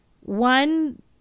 one